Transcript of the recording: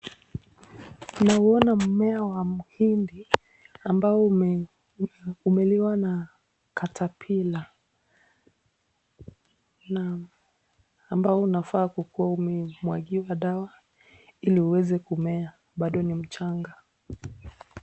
Tunaona mmea wa mhindi ambao umefukuliwa na caterpillar na ambao unafaa kuwa umemwagiwa dawa ili uweze kumea, bado ni mchanga.